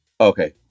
okay